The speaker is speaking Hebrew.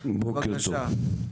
בבקשה.